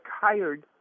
tired